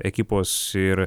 ekipos ir